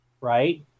right